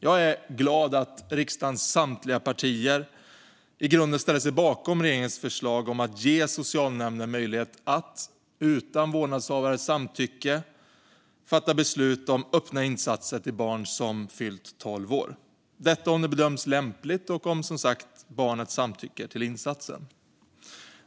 Jag är glad att riksdagens samtliga partier i grunden ställer sig bakom regeringens förslag att ge socialnämnden möjlighet att utan vårdnadshavarens samtycke fatta beslut om öppna insatser till barn som har fyllt tolv år, om detta bedöms lämpligt och, som sagt, om barnet samtycker till insatsen.